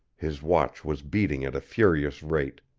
his watch was beating at a furious rate.